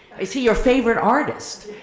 is he your favorite artist?